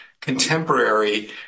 contemporary